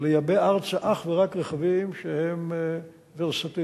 לייבא ארצה אך ורק רכבים שהם ורסטיליים.